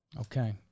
Okay